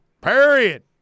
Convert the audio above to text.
Period